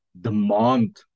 demand